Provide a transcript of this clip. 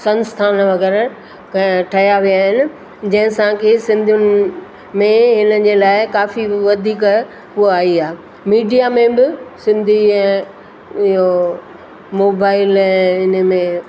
संस्थान वग़ैरह कंहिं ठाहिया विया आहिनि जंहिंसां की सिंधियुनि में हिन जे लाइ काफ़ी वधीक उहा आई आहे मीडिया में बि सिंधी ऐं इहो मोबाइल ऐं हिन में